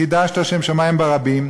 שקידשת שם שמים ברבים,